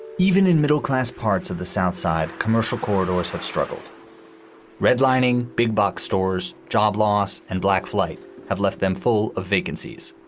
even in middle class parts of the south side, commercial corridors have struggled redlining, big box stores, job loss and black flight have left them full of vacancies.